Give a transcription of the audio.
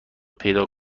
پیدا